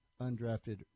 undrafted